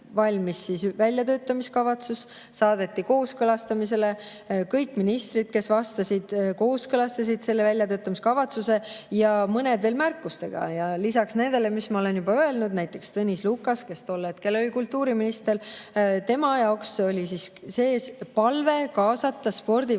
väljatöötamiskavatsus, see saadeti kooskõlastamisele, kõik ministrid, kes vastasid, kooskõlastasid selle väljatöötamiskavatsuse ja mõned veel märkustega. Lisaks nendele, mis ma olen juba öelnud, oli näiteks Tõnis Lukase jaoks, kes tol hetkel oli kultuuriminister, seal sees palve kaasata spordivaldkonna